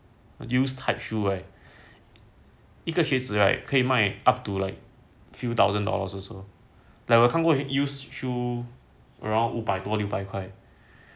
used hype shoe right 一个靴子 right 卖 up to like a few thousand dollars also like 我看过 used shoe around 五百多六百块